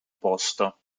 posto